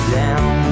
down